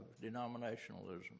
denominationalism